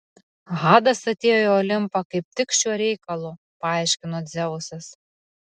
hadas atėjo į olimpą kaip tik šiuo reikalu paaiškino dzeusas